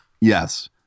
Yes